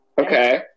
Okay